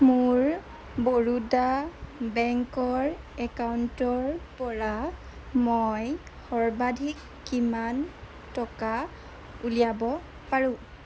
মোৰ বৰোদা বেংকৰ একাউণ্টৰ পৰা মই সৰ্বাধিক কিমান টকা উলিয়াব পাৰোঁ